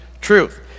truth